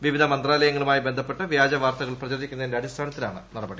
വിവിധ മന്ത്രാലയങ്ങളുമായി ബന്ധപ്പെട്ട് വ്യാജ വാർത്തകൾ പ്രചരിക്കുന്നതിന്റെ അടിസ്ഥാനത്തിലാണ് നടപടി